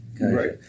Right